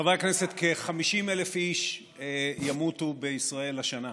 חברי הכנסת, כ-50,000 איש ימותו בישראל השנה,